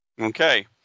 Okay